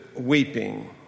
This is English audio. weeping